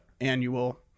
annual